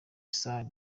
sony